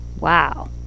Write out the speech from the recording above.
Wow